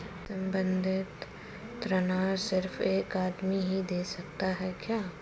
संबंद्ध ऋण सिर्फ एक आदमी ही दे सकता है क्या?